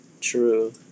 True